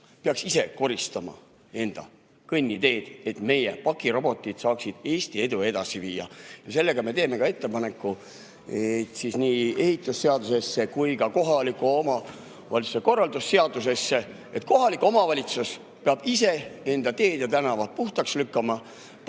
peaks ise koristama enda kõnniteed, et meie pakirobotid saaksid Eesti edu edasi viia. Sellega me teeme ettepaneku nii ehitusseadusesse kui ka kohaliku omavalitsuse korralduse seadusesse, et kohalik omavalitsus peab ise enda teed ja tänavad puhtaks lükkama pakirobotite